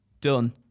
done